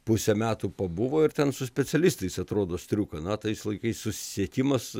pusę metų pabuvo ir ten su specialistais atrodo striuka na tais laikais susisiekimas